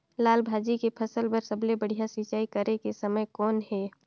लाल भाजी के फसल बर सबले बढ़िया सिंचाई करे के समय कौन हे?